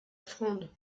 fronde